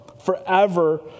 forever